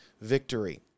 victory